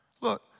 Look